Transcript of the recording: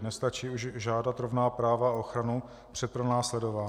Nestačí už žádat rovná práva a ochranu před pronásledováním.